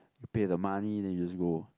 pay the money then you just go